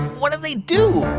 what did they do?